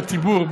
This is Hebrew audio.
בציבור,